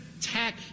Tech